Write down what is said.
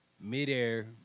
Midair